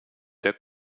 der